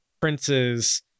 princes